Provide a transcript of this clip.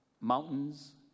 Mountains